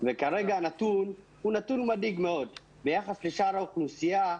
כרגע הנתון מדאיג מאוד ביחס לשאר האוכלוסייה.